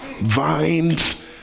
Vines